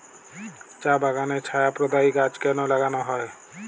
চা বাগানে ছায়া প্রদায়ী গাছ কেন লাগানো হয়?